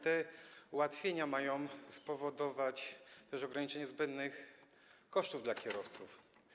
Te ułatwienia mają spowodować też ograniczenie zbędnych kosztów dla kierowców.